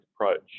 approach